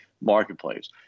marketplace